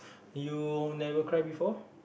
you never cry before